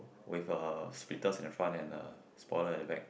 with a speeders in front and a spoiler at the back